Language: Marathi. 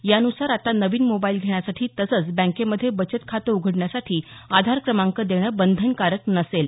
यान्सार आता नवीन मोबाईल घेण्यासाठी तसंच बँकेमध्ये बचत खातं उघडण्यासाठी आधार क्रमांक देणं बंधनकारक नसेल